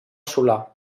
solar